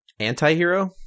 anti-hero